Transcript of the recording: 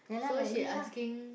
so she asking